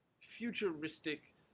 futuristic